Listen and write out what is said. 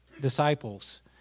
disciples